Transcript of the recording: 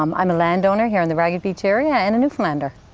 um i'm a landowner here in the ragged beach area and a newfoundlander.